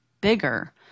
bigger